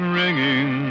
ringing